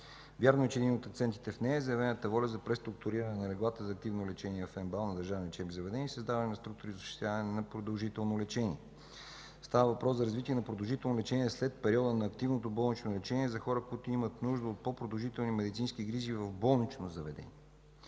Вярно е, че един от акцентите в нея е заявената воля за преструктуриране на леглата за активно лечение в МБАЛ, на държавни лечебни заведения и създаване структури за осъществяване на продължително лечение. Става въпрос за развитие на продължително лечение след периода на активното болнично лечение за хора, които имат нужда от по-продължителни медицински грижи в болнично заведение.